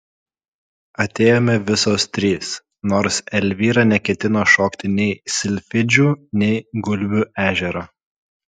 atėjome visos trys nors elvyra neketino šokti nei silfidžių nei gulbių ežero